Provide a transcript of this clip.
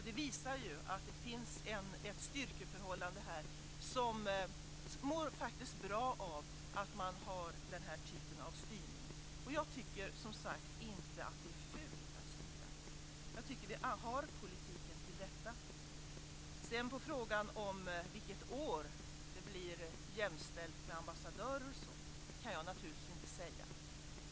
Det visar ju att det finns ett styrkeförhållande här som faktiskt mår bra av att man har den här typen av styrning. Jag tycker som sagt inte att det är fult att styra. Jag tycker att vi har politiken till det. Vilket år det blir jämställt med ambassadörer och sådant kan jag naturligtvis inte säga.